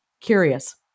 curious